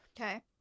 Okay